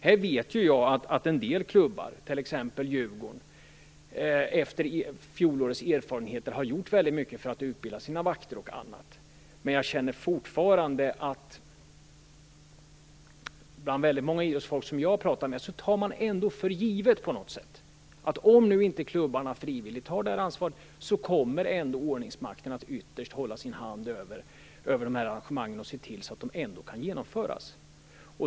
Här vet jag att en del klubbar, t.ex. Djurgården, efter fjolårets erfarenheter har gjort väldigt mycket för att utbilda sina vakter m.m. Men fortfarande tar en del som jag har pratat med bland idrottsfolk på något sätt ändå för givet att om nu inte klubbarna frivilligt tar detta ansvar kommer ändå ordningsmakten att ytterst hålla sin hand över arrangemangen och se till så att de kan genomföras.